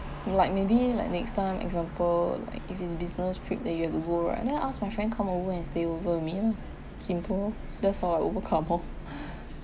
like maybe like next time example like if it's business trip then you have to go right then ask my friend come over and stay over with me lah simple oh that's how I overcome oh